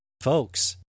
folks